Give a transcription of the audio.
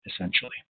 essentially